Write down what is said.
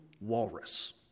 walrus